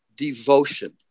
Devotion